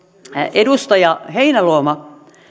edustaja heinäluoma